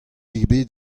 ebet